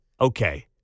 Okay